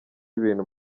ibintu